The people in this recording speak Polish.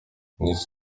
nic